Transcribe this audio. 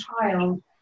child